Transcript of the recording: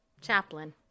chaplain